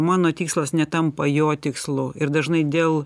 mano tikslas netampa jo tikslu ir dažnai dėl